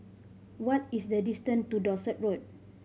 what is the distant to Dorset Road